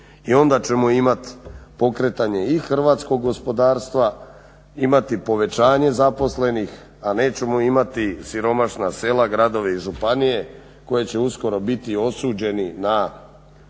I onda ćemo imati pokretanje i hrvatskog gospodarstva, imati povećanje zaposlenih a nećemo imati siromašna sela, gradove i županije koje će uskoro biti osuđeni na dizanje